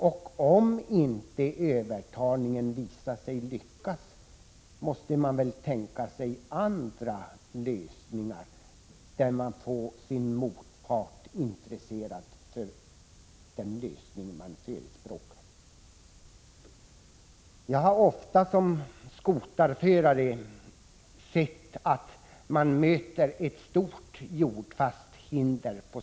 Om det visar sig att övertalningen inte lyckas, måste man väl tänka sig andra sätt för att få sin motpart intresserad av den lösning man förespråkar. Som snöskoterförare har jag på min väg ofta mötts av ett stort, jordfast hinder.